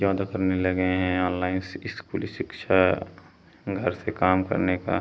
ज़्यादा करने लगे हैं आनलाईन स्कूली शिक्षा घर से काम करने का